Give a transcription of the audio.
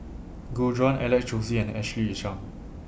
Gu Juan Alex Josey and Ashley Isham